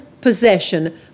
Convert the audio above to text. possession